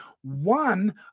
one